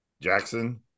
Jackson